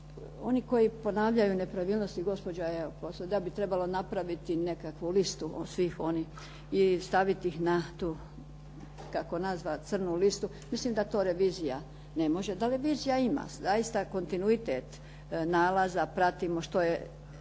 Oni koji ponavljaju nepravilnosti, gospođa je, …/Govornik se ne razumije./… da bi trebalo napraviti nekakvu listu o svim onim, i staviti ih na tu, kako nazvati crnu listu. Mislim da to revizija ne može. Da revizija ima zaista kontinuitet nalaza, pratimo što je